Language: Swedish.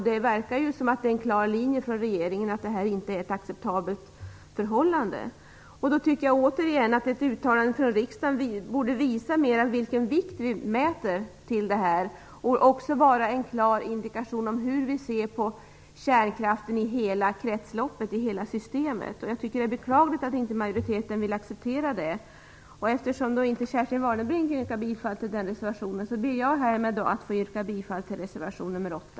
Det verkar ju som om det är en klar linje från regeringen att detta inte är ett acceptabelt förhållande. Därför tycker jag återigen att ett uttalande från riksdagen borde visa vilken vikt vi tillmäter detta samt också vara en klar indikation om hur vi ser på kärnkraften i hela kretsloppet och i hela systemet. Det är beklagligt att inte majoriteten vill acceptera reservationen. Eftersom Kerstin Warnerbring inte yrkade bifall till denna reservation, ber jag härmed att få yrka bifall till reservation nr 8.